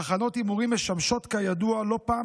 תחנות הימורים משמשות כידוע לא פעם